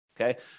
Okay